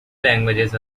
languages